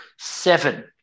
Seven